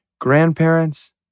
Grandparents